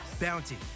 bounty